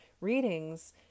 readings